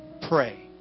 pray